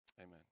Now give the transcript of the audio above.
Amen